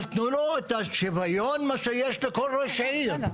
אבל תנו לו את השוויון מה שיש לכל ראש עיר.